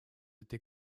été